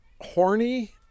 horny